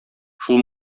шул